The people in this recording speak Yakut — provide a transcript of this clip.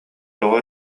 тоҕо